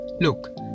Look